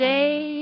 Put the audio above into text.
Day